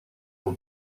will